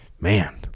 man